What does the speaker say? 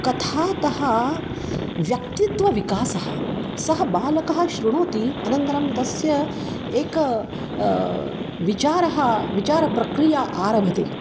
कथातः व्यक्तित्वविकासः सः बालकः शृणोति अनन्तरं तस्य एक विचारः विचारप्रक्रिया आरभते